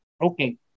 Okay